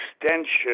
extension